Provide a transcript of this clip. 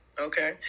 okay